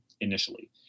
initially